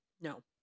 No